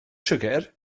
siwgr